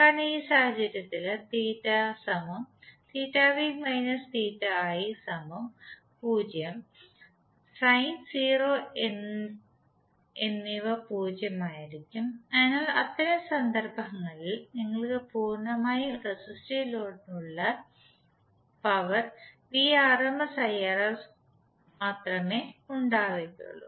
കാരണം ഈ സാഹചര്യത്തിൽ സൈൻ 0 എന്നിവ 0 ആയിരിക്കും അതിനാൽ അത്തരം സന്ദർഭങ്ങളിൽ നിങ്ങൾക്ക് പൂർണ്ണമായും റെസിസ്റ്റീവ് ലോഡിനുള്ള പദമായ Vrms Irms മാത്രമേ ഉണ്ടാവുകയുള്ളൂ